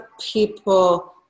people